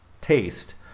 taste